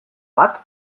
bat